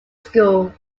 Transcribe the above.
school